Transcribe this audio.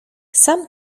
sam